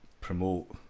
promote